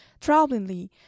Troublingly